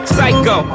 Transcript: Psycho